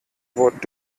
wort